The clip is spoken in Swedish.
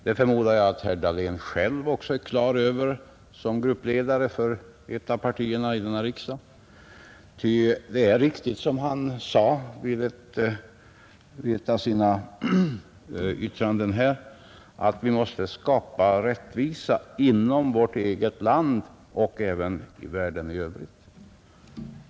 Jag förmodar att herr Dahlén själv har detta klart för sig som gruppledare för ett av partierna i denna riksdag. Han sade i ett av sina inlägg här, att vi måste söka skapa rättvisa även inom vårt eget land.